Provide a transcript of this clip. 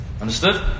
Understood